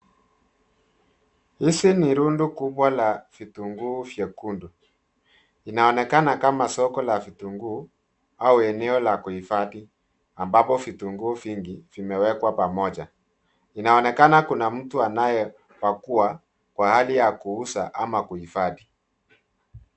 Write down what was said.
Hizi ni rundo kubwa la vitunguu vyekundu. Inaonekana kama soko la vitunguu au eneo la kuhifadhi ambapo vitunguu vingi vimewekwa pamoja. Inaonekana kuna mtu anayepakua kwa hali ya kuuza ama kuhifadhi.